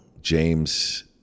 James